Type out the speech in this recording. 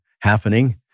happening